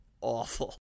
awful